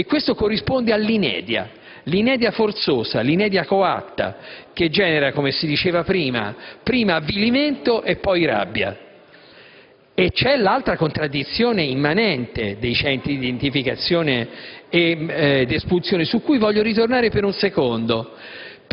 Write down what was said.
Questo corrisponde all'inedia forzosa e coatta, che genera, come si diceva, prima avvilimento e poi rabbia. E c'è l'altra contraddizione immanente dei Centri di identificazione e di espulsione, su cui voglio tornare per un secondo.